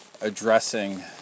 addressing